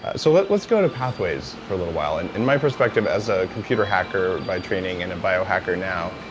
ah so let's let's go to pathways for a little while. while. and and my perspective as a computer hacker by training, and a bio hacker now,